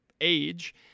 age